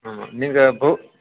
ஆமாம் நீங்கள் பூ